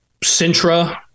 Sintra